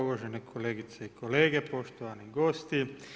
Uvažene kolegice i kolege, poštovani gosti.